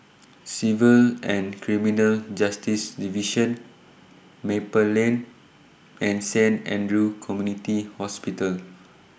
Civil and Criminal Justice Division Maple Lane and Saint Andrew's Community Hospital